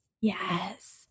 Yes